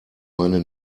meine